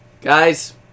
Guys